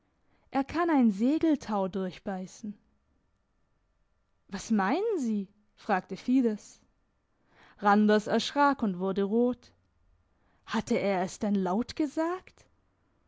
er kann ein segeltau durchbeissen was meinen sie fragte fides randers erschrak und wurde rot hatte er es denn laut gesagt